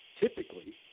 typically